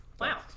Wow